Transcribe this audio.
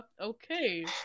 okay